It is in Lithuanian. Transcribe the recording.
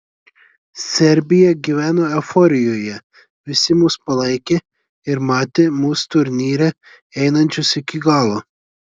serbija gyveno euforijoje visi mus palaikė ir matė mus turnyre einančius iki galo